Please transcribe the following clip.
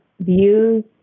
views